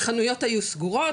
החנויות היו סגורות,